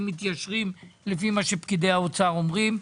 מתיישרים לפי מה שפקידי האוצר אומרים.